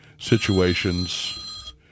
situations